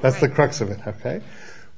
that's the crux of it have